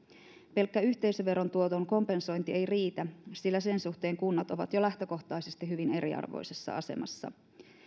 pelkkä yhteisöverotuoton kompensointi ei riitä sillä sen suhteen kunnat ovat jo lähtökohtaisesti hyvin eriarvoisessa asemassa